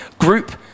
group